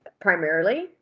primarily